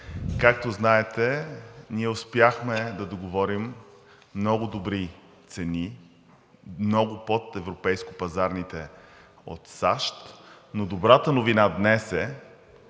Както знаете, ние успяхме да договорим много добри цени, много под европейско- пазарните, от САЩ, но добрата новина днес е,